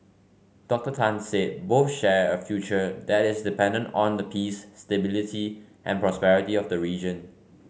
Doctor Tan said both share a future that is dependent on the peace stability and prosperity of the region